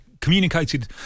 communicated